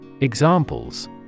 Examples